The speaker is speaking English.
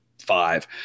five